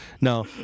no